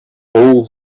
all